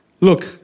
look